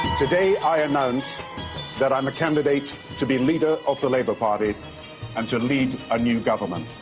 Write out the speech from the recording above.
today i announce that i'm a candidate to be leader of the labour party and to lead a new government.